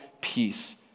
peace